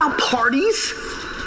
Parties